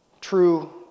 True